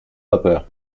vapeur